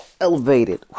Elevated